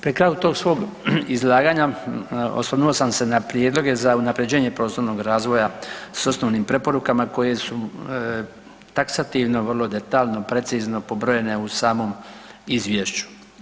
Pri kraju tog svog izlaganja osvrnuo sam se na prijedloge za unapređenje prostornog razvoja s osnovnim preporukama koje su taksativno vrlo detaljno, precizno pobrojene u samom izvješću.